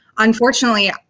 Unfortunately